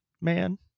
man